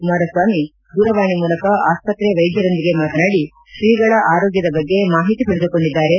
ಕುಮಾರಸ್ವಾಮಿ ದೂರವಾಣಿ ಮೂಲಕ ಆಸ್ಪತ್ರೆ ವೈದ್ಯರೊಂದಿಗೆ ಮಾತನಾಡಿ ಶ್ರೀಗಳ ಆರೋಗ್ದದ ಬಗ್ಗೆ ಮಾಹಿತಿ ಪಡೆದುಕೊಂಡಿದ್ದಾರೆ